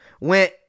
went